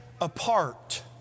apart